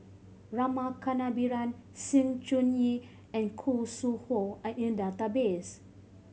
Rama Kannabiran Sng Choon Yee and Khoo Sui Hoe are in the database